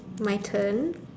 my turn